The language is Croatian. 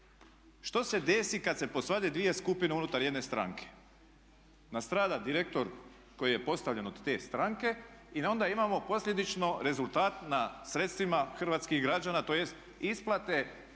Što se desi kada se posvade dvije skupine unutar jedne stranke? Nastrada direktor koji je postavljen od te stranke i onda imamo posljedično rezultat nad sredstvima hrvatskih građana tj. isplate